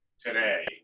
today